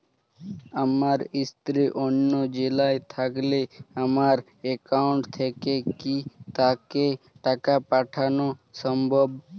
আমার স্ত্রী অন্য জেলায় থাকলে আমার অ্যাকাউন্ট থেকে কি তাকে টাকা পাঠানো সম্ভব?